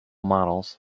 models